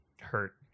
hurt